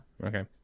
Okay